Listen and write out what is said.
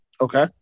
Okay